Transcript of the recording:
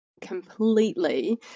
completely